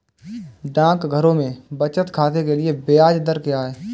डाकघरों में बचत खाते के लिए ब्याज दर क्या है?